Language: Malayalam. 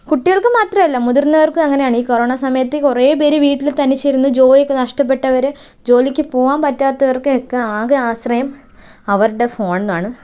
കുട്ടികൾക്ക് മാത്രല്ല മുതിർന്നവർക്കും അങ്ങനെയാണ് ഈ കൊറോണ സമയത്ത് കുറെ പേര് വീട്ടിൽ തനിച്ചിരുന്ന് ജോലിയൊക്കെ നഷ്ടപ്പെട്ടവര് ജോലിക്ക് പോവാൻ പറ്റാത്തവർക്കൊക്കെ ആകെ ആശ്രയം അവരുടെ ഫോൺ ആണ്